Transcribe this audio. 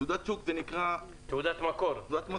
תעודת שוק זה נקרא --- תעודת מקור.